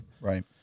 Right